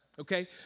Okay